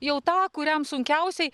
jau tą kuriam sunkiausiai